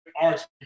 arts